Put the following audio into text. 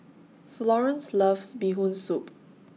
Florance loves Bee Hoon Soup